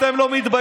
אתם לא מתביישים?